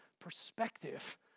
perspective